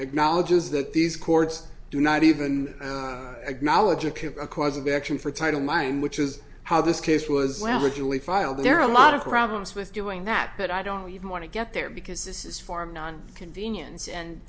acknowledges that these chords do not even acknowledge akubra cause of action for title mine which is how this case was well originally filed there are a lot of problems with doing that but i don't even want to get there because this is farm non convenience and